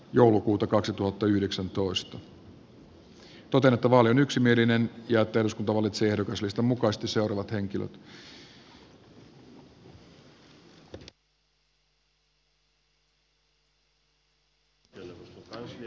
totean että vaali on yksimielinen ja että eduskunta valitsee ehdokaslistan mukaisesti seuraavat henkilöt